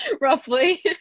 roughly